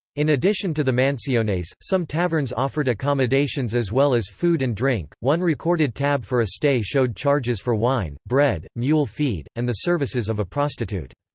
in addition to the mansiones, some taverns offered accommodations as well as food and drink one recorded tab for a stay showed charges for wine, bread, mule feed, and the services of a prostitute.